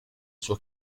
suo